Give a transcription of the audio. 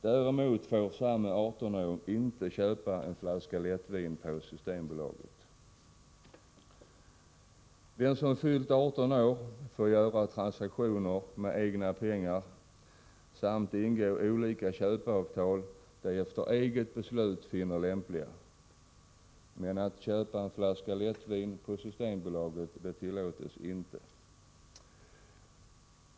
Däremot får samma 18-åringar inte köpa en flaska lättvin på Systembolaget! De som fyllt 18 år får göra transaktioner med egna pengar samt ingå olika köpeavtal, som de efter eget beslut finner lämpliga. Men att köpa en flaska lättvin på Systembolaget tillåts inte.